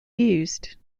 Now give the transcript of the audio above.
used